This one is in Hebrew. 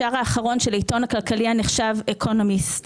השער האחרון של העיתון הכלכלי הנחשב אקונומיסט